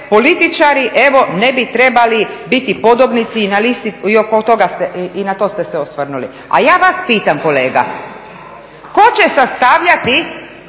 političari evo ne bi trebali biti podobnici i na to ste se osvrnuli, a ja vas pitam kolega, tko će sastavljati